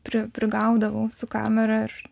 pri prigaudavau su kamera aš